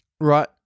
right